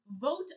vote